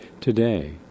Today